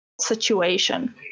situation